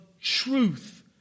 truth